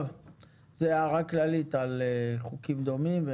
זאת הערה כללית על חוקים דומים.